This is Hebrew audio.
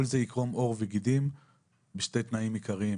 כל זה יקרום עור וגידים בשני תנאים עיקריים.